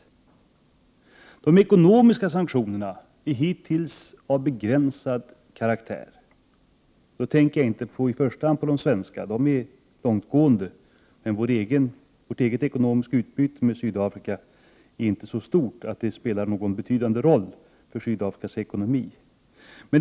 De ekonomiska sanktionerna är hittills av begränsad karaktär. Då tänker jag inte i första hand på de svenska; de är långtgående, men vårt eget ekonomiska utbyte med Sydafrika är inte så stort att det spelar någon betydande roll för Sydafrikas ekonomi.